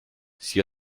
sie